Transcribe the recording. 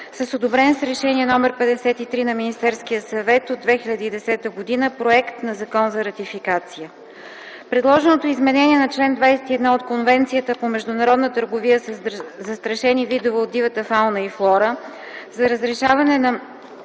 с одобрен с Решение № 53 на Министерския съвет от 2010 г. проект на Закон за ратификация. Предложеното изменение на чл. ХХІ от Конвенцията по международна търговия със застрашени видове от дивата фауна и флора за разрешаване на